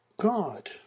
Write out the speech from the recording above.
God